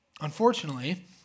Unfortunately